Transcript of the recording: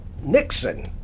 Nixon